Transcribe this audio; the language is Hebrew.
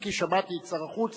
אם כי שמעתי את שר החוץ,